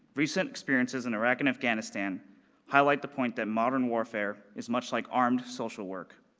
recent experiences in iraq and afghanistan highlight the point that modern warfare is much like armed social work,